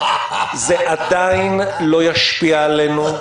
זה עדיין לא ישפיע עלינו.